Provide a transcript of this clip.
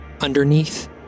underneath